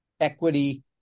equity